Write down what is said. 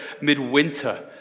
midwinter